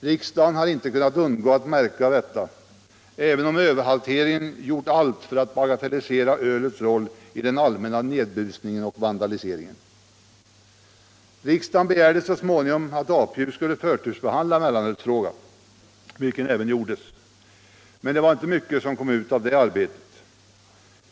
Riksdagen har inte kunnat undgå att märka detta även om ölhanteringen har gjort allt för att bagatellisera ölets roll vid den allmänna nedbusningen och vandaliseringen. Riksdagen begärde så småningom att APU skulle förtursbehandla mellanölsfrågan, vilket även skedde. Men det var inte mycket som kom ut av det arbetet.